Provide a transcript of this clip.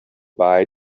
bye